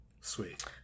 Sweet